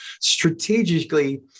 strategically